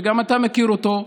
וגם אתה מכיר אותו,